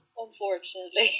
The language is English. unfortunately